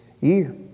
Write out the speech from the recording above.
year